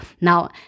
Now